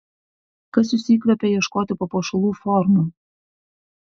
kas jus įkvepia ieškoti papuošalų formų